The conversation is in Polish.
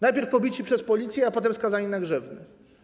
Najpierw pobici przez policję, a potem skazani na grzywny.